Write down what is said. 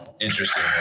interesting